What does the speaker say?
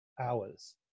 hours